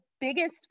biggest